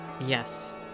Yes